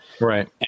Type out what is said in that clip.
Right